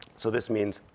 so this means,